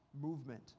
movement